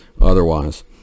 otherwise